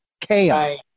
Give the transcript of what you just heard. chaos